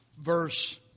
verse